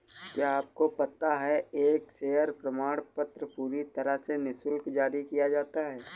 क्या आपको पता है एक शेयर प्रमाणपत्र पूरी तरह से निशुल्क जारी किया जाता है?